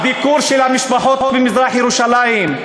הביקור של המשפחות ממזרח-ירושלים,